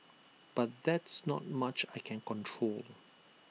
but there's not much I can control